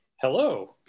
hello